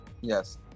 Yes